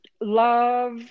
love